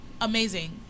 amazing